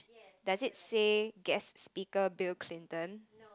does it say guest speaker Bill-Clinton